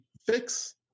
fix